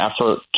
effort